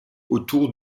autour